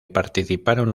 participaron